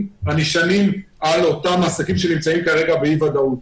הנשענים על אותם עסקים שנמצאים כרגע באי-ודאות.